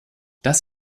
das